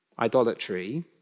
idolatry